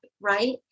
right